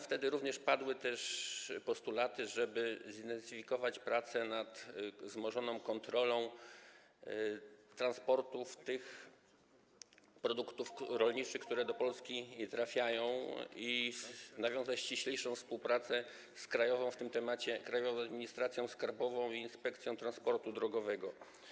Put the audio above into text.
Wtedy padły też postulaty, żeby zintensyfikować prace nad wzmożoną kontrolą transportu tych produktów rolniczych, które do Polski trafiają, i nawiązać ściślejszą współpracę w tym temacie z Krajową Administracją Skarbową i Inspekcją Transportu Drogowego.